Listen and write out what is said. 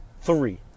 three